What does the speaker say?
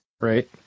Right